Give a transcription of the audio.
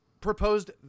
proposed